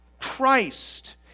Christ